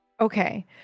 Okay